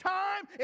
time